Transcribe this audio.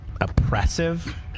oppressive